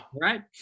Right